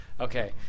Okay